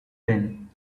then